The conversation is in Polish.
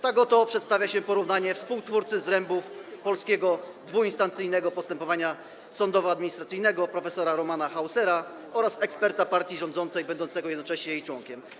Tak oto przedstawia się porównanie współtwórcy zrębów polskiego dwuinstancyjnego postępowania sądowo-administracyjnego prof. Romana Hausera oraz eksperta partii rządzącej będącego jednocześnie jej członkiem.